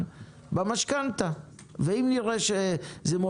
והתוצאה היא שגם